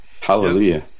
Hallelujah